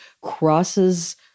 crosses